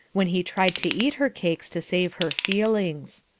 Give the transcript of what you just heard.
when he tried to eat her cakes to save her feelings.